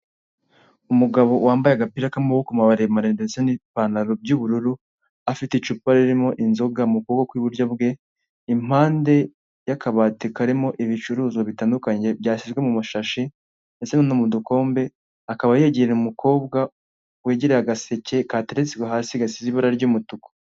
umugabo wambaye agapira k'amaboko maremare ndetse n'ipantaro by'ubururu, afite icupa ririmo inzoga mu kuboko kw'iburyo bwe, impande y'akabati karimo ibicuruzwa bitandukanye byashyizwe mu mashashi, ndetse no mu dukombe, akaba yegereye umukobwa wegereye agaseke kateretswe hasi gasize ibara ry'umutuku.